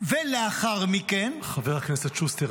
לאחר מכן --- חבר הכנסת שוסטר,